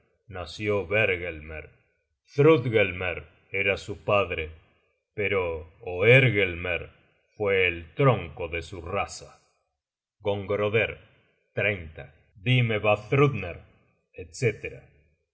nació bergelmer thrud gelmer era su padre pero oergelmer fue el tronco de su raza